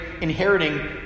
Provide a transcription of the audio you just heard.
inheriting